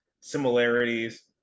similarities